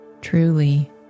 truly